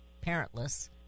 parentless